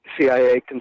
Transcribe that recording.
CIA